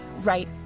right